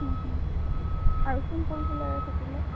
আৰু চিম্পুল ফুলৰ থাকিলে